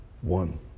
one